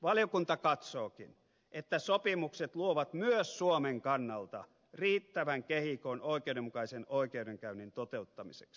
valiokunta katsookin että sopimukset luovat myös suomen kannalta riittävän kehikon oikeudenmukaisen oikeudenkäynnin toteuttamiseksi